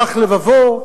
רך לבבו,